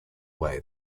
way